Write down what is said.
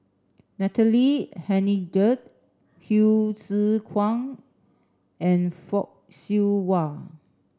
Natalie Hennedige Hsu Tse Kwang and Fock Siew Wah